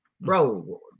bro